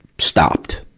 stopped,